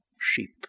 sheep